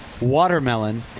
watermelon